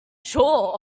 sure